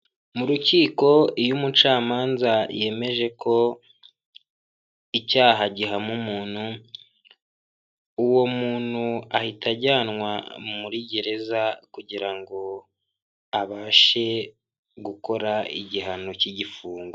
Mu rukiko iyo umucamanza yemeje ko icyaha gihama umuntu, uwo muntu ahita ajyanwa muri gereza, kugira ngo abashe gukora igihano cy'igifungo.